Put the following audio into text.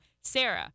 Sarah